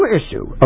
issue